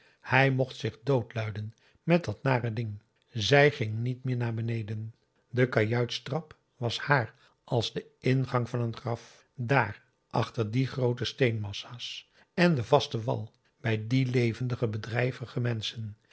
hij mocht zich dood luiden met dat nare ding zij ging niet meer naar beneden de kajuitstrap was haar als de ingang van een graf dààr achter die groote steenmassa's en den vasten wal bij die levendige bedrijvige menschen